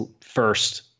first